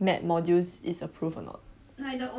mapped modules is approved or not